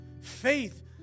Faith